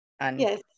Yes